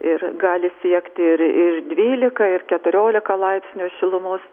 ir gali siekti ir ir dvylika ir keturiolika laipsnių šilumos